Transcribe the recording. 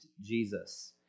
Jesus